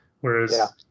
whereas